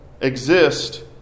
exist